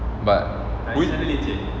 but